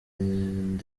amazina